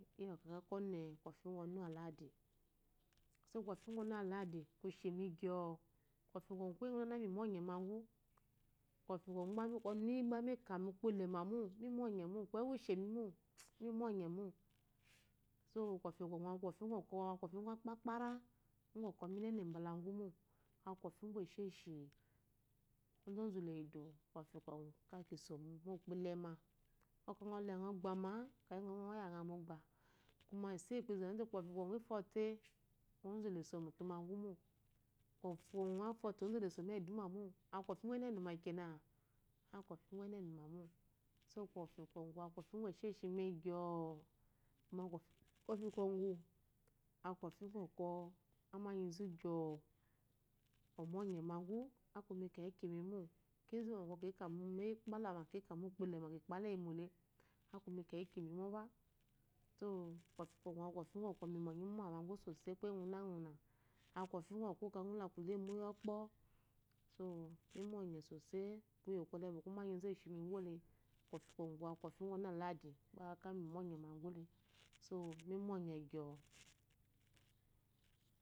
So mu kɔfi ugwu onu aladi ku shemi gyo̱o kɔfi kɔgu kuye una uguna me ma ɔnye magu. Kɔfi kwɔgu oniyi gba mi ka mu ukpo da mo mi mɔnye, ko ewu ishememo mi mɔnye mo. So kɔfi kwɔgu aku kɔfi ugwu okpakpara ugwu ɔkɔ mi nene magu mo, aku kɔfi kwɔgu, la ki so mu ukpo dema. Ngɔ ka ngɔle ngɔ gbama ngɔ ngɔya ngha mogba iso iyi ukpo izatu te kɔfi kwɔgu ozu le so mutu magu mo. Kɔfi kwɔgu aku te ozu leso meduma mo. Aku kɔfi ngwu eninema kena? Aku kɔfi ngwu eninema mo. So kofi kwɔgu aku kofi ngwu esheshi meyi gy? Kuma kɔfi kwɔgu aku kɔfi ngukɔ amanyi gy? Omɔnye magu, aku mi kekimimo, kizu ba kika meyi kpala, kika mu ukpo lema kikpala eyi mole aku imi keki mo maba so kofi kwɔgu aku kɔfi ngwu kɔ mi yi mu onye imuma magu sosai kuye nguna nguna. Aku kɔfi nguwu ɔkɔ ogaku la kuleyi mo iyi kpo. somi mɔnye sosai mu koyo kwɔle bɔkɔ umanyi eshimu gule. Kɔfi kwɔgu aku kofi ngwu ɔnu aladi gba me mɔnye magu le. so mi mɔnye gyɔ.